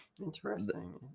Interesting